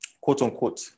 quote-unquote